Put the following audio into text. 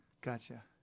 gotcha